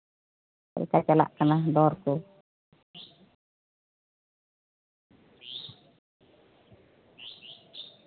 ᱪᱮᱫᱞᱮᱠᱟ ᱪᱟᱞᱟᱜ ᱠᱟᱱᱟ ᱫᱚᱨ ᱠᱚ